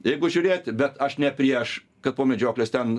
jeigu žiūrėti bet aš ne prieš kad po medžioklės ten